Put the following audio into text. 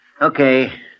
Okay